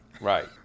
Right